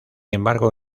embargo